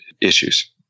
issues